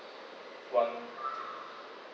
one